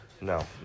No